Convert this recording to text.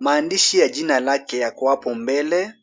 Maandishi ya jina lake yako hapo mbele.